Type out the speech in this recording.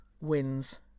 wins